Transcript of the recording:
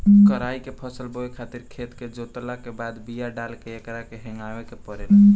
कराई के फसल बोए खातिर खेत के जोतला के बाद बिया डाल के एकरा के हेगावे के पड़ेला